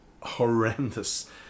horrendous